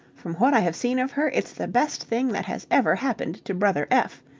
from what i have seen of her, it's the best thing that has ever happened to brother f.